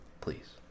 Please